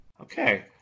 Okay